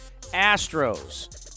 Astros